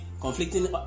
Conflicting